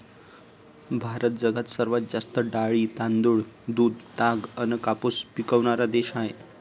भारत जगात सर्वात जास्त डाळी, तांदूळ, दूध, ताग अन कापूस पिकवनारा देश हाय